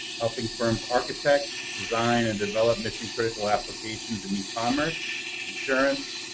helping firms architect, design, and develop mission-critical applications in e-commerce, insurance,